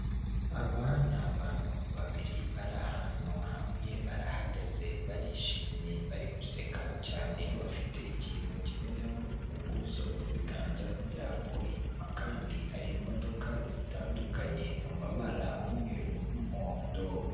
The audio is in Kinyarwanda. Aba ni abantu babiri bari ahantu hamwe barahagaze, barishimye, bari guseka cyane, bafite ikintu kimeze nk'urufunguzo mu biganza byabo, inyuma kandi hari imodoka zitandukanye mu mabara umweru n'umuhondo.